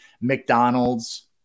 McDonald's